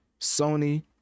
Sony